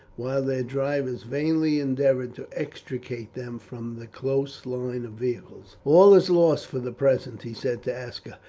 while their drivers vainly endeavoured to extricate them from the close line of vehicles. all is lost for the present, he said to aska,